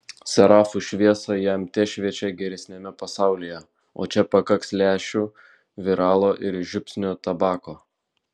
serafų šviesa jam tešviečia geresniame pasaulyje o čia pakaks lęšių viralo ir žiupsnio tabako